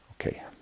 Okay